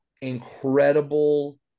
incredible